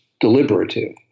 deliberative